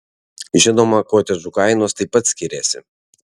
žinoma kotedžų kainos taip pat skiriasi